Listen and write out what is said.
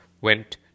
went